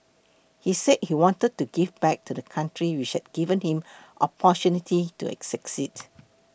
he said he wanted to give back to the country which had given him opportunities to succeed